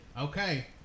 Okay